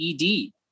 ED